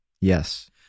Yes